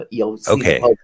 Okay